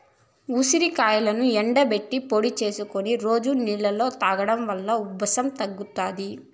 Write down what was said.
ఉసిరికాయలను ఎండబెట్టి పొడి చేసుకొని రోజు నీళ్ళలో తాగడం వలన ఉబ్బసం తగ్గుతాది